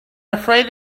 afraid